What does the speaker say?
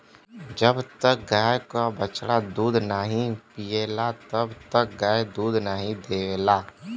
जब तक गाय क बछड़ा दूध नाहीं पियला तब तक गाय दूध नाहीं देवला